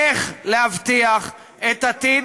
איך להבטיח את עתיד